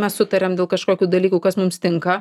mes sutariam dėl kažkokių dalykų kas mums tinka